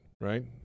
right